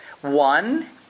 One